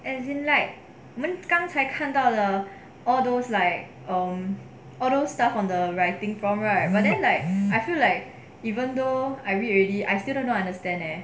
as in like 我们刚才看到了 all those like um all those stuff from the writing form right but then like I feel like even though I read already I still don't know understand leh